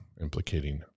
implicating